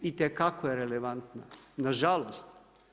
Itekako je relevantna, nažalost.